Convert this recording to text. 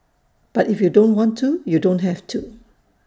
but if you don't want to you don't have to